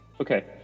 okay